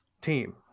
team